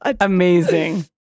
amazing